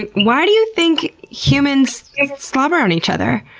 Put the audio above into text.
and why do you think humans slobber on each other?